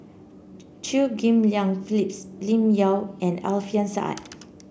Chew Ghim Lian Phyllis Lim Yau and Alfian Sa'at